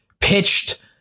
pitched